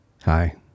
Hi